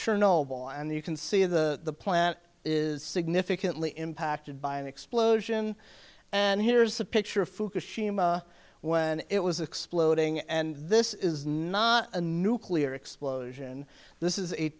sure no ball and you can see the planet is significantly impacted by an explosion and here's a picture of fukushima when it was exploding and this is not a nuclear explosion this is a